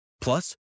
Plus